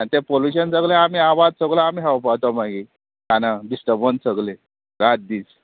आनी तें पोल्युशन सगळें आमी आवाज सगलो आमी खावपाचो मागीर काना डिस्टबन्स सगले रात दीस